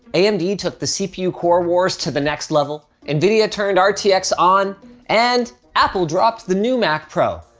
amd i mean took the cpu core wars to the next level. nvidia turned rtx on and apple dropped the new mac pro.